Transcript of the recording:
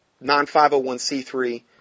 non-501c3